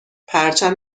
پرچم